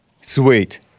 Sweet